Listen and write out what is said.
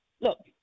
look